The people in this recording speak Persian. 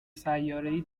سیارهای